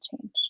change